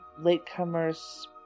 Latecomers